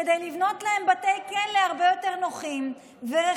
כדי לבנות להם בתי כלא הרבה יותר נוחים ורחבים,